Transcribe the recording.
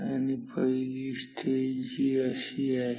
आणि पहिली स्टेज ही अशी आहे